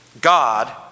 God